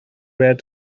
where